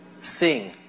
sing